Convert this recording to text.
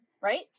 right